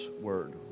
Word